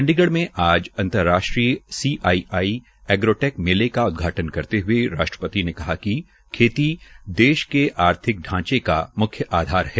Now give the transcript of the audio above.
चंडीगढ़ में CII agro tech मेले का उदघाटन करते हए राष्ट्रपति ने कहा कि खेती देश के आर्थिक ढांचे का मुख्य आधार है